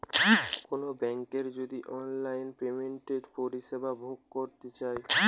কোনো বেংকের যদি অনলাইন পেমেন্টের পরিষেবা ভোগ করতে চাই